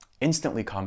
instantly